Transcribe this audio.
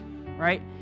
right